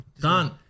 Done